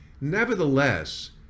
nevertheless